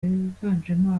biganjemo